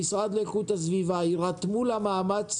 המשרד לאיכות הסביבה, יירתמו למאמץ